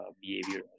behavior